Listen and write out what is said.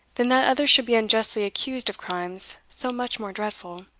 than that others should be unjustly accused of crimes so much more dreadful.